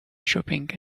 shopping